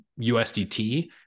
USDT